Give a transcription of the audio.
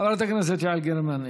חברת הכנסת יעל גרמן,